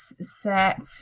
set